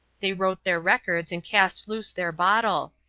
they wrote their records and cast loose their bottle.